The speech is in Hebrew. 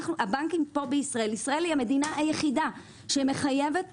מדינת ישראל היא המדינה היחידה שמחייבת